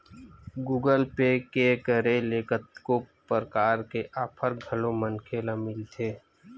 Google Pay के करे ले कतको परकार के आफर घलोक मनखे ल मिलथे